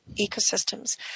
ecosystems